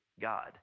God